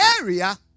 area